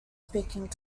speaking